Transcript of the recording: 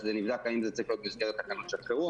אז זה נבדק האם זה צריך להיות במסגרת תקנות שעת חירום,